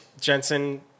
Jensen